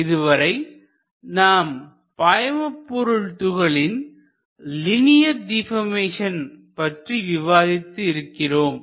இதுவரை நாம் பாய்மபொருள் துகளின் லீனியர் டிபர்மேசன் பற்றி விவாதித்து இருக்கிறோம்